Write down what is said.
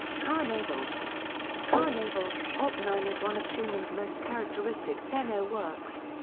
carnaval carnaval, op. nine is one of schumann's most characteristic piano works.